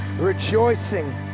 Rejoicing